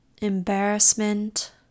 embarrassment